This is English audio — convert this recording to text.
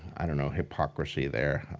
i don't know, hypocrisy there.